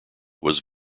was